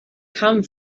come